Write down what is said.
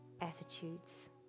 attitudes